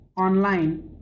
online